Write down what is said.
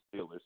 Steelers